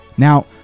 Now